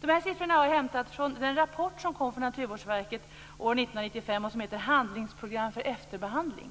De här siffrorna har jag hämtat från den rapport som kom från Naturvårdsverket år 1995 och som heter Handlingsprogram för efterbehandling.